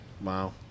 Wow